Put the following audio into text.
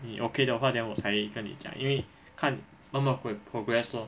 你 okay 的话 then 我才跟你讲因为看那么会 progress lor